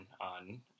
on